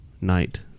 night